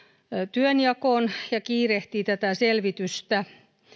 työnjakoon ja kiirehtii tätä selvitystä